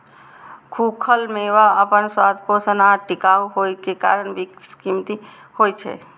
खूखल मेवा अपन स्वाद, पोषण आ टिकाउ होइ के कारण बेशकीमती होइ छै